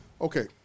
Okay